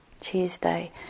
Tuesday